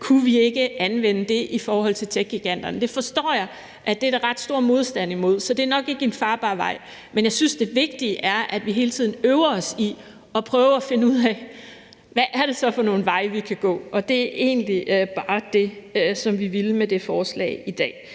Kunne vi ikke anvende det i forhold til techgiganterne? Det forstår jeg der er ret stor modstand imod, så det er nok ikke en farbar vej, men jeg synes, at det vigtige er, at vi hele tiden øver os i at prøve at finde ud i, hvad det så er for nogle veje, vi kan gå. Det er egentlig bare det, som vi ville med det forslag i dag.